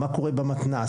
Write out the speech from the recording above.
מה קורה במתנ"ס?